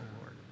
Lord